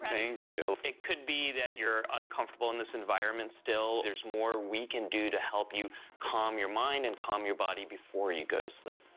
thank you. it could be that you're uncomfortable in this environment, still. there's more we can do to help you calm your mind and calm your body before you go to sleep.